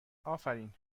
آفرین